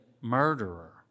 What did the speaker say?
murderer